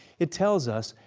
it tells us,